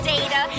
Data